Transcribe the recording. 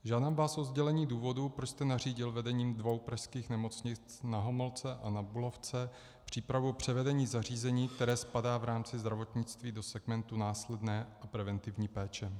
Žádám vás o sdělení důvodu, proč jste nařídil vedením dvou pražských nemocnic, Na Homolce a Na Bulovce, přípravu převedení zařízení, které spadá v rámci zdravotnictví do segmentu následné a preventivní péče.